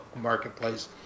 Marketplace